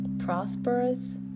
prosperous